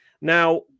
Now